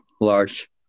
large